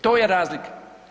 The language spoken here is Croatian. To je razlika.